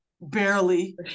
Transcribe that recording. barely